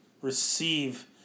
Receive